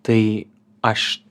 tai aš